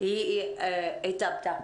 היא התאבדה,